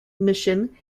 mission